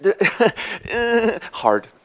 Hard